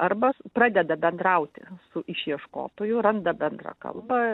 arba pradeda bendrauti su išieškotoju randa bendrą kalbą